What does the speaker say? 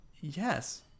yes